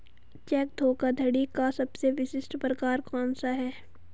Check धोखाधड़ी का सबसे विशिष्ट प्रकार कौन सा है?